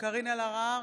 קארין אלהרר,